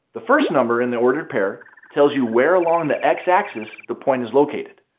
the first number in the ordered pair tells you where along the x-axis the point is located,